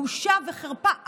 בושה וחרפה,